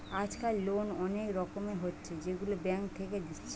আজকাল লোন অনেক রকমের হচ্ছে যেগুলা ব্যাঙ্ক থেকে দিচ্ছে